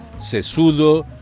sesudo